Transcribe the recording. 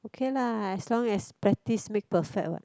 okay lah as long as practice make perfect what